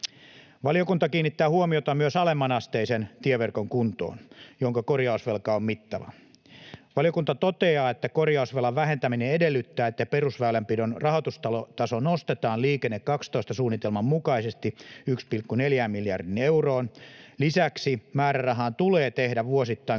Valiokunta kiinnittää huomiota myös alemmanasteisen tieverkon kuntoon, jonka korjausvelka on mittava. Valiokunta toteaa, että korjausvelan vähentäminen edellyttää, että perusväylänpidon rahoitustaso nostetaan Liikenne 12 ‑suunnitelman mukaisesti 1,4 miljardiin euroon. Lisäksi määrärahaan tulee tehdä vuosittain